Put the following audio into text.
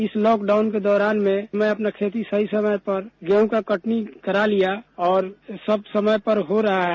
इस लॉकडाउन के दौरान में मैं अपनी खेती सही समय पर गेंह का कटनी करा लिया और सब समय पर हो रहा है